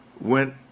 went